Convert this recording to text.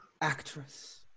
actress